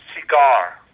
Cigar